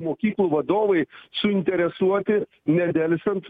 mokyklų vadovai suinteresuoti nedelsiant